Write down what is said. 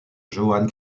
johann